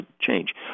change